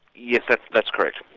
yes, but that's correct.